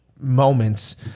moments